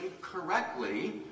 correctly